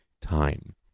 time